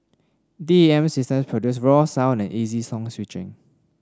D A M systems produce raw sound and easy song switching